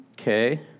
Okay